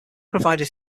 provided